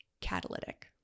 catalytic